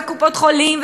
קופות-חולים,